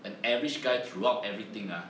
an average guy throughout everything ah